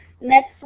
next